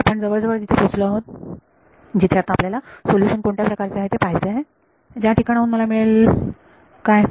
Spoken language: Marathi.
तर आपण जवळजवळ तिथे पोहोचलो आहोत जिथे आता आपल्याला सोल्युशन कोणत्या प्रकारचे आहे हे पाहायचे आहे जे ह्या ठिकाणाहून मला मिळेल काय